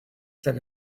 said